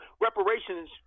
reparations